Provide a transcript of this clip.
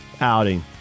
outing